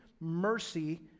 mercy